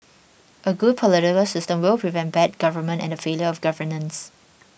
a good political system will prevent bad government and the failure of governance